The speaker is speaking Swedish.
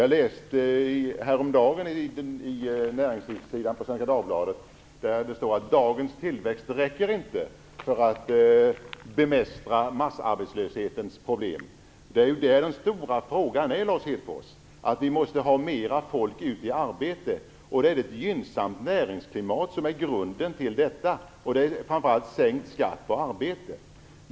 Jag läste häromdagen på Svenska Dagbladets näringslivssida att dagens tillväxt inte räcker för att bemästra massarbetslöshetens problem. Den stora frågan, Lars Hedfors, är att vi måste ha mer folk ute i arbete, och grunden till detta är ett gynnsamt näringsklimat, framför allt sänkt skatt på arbete.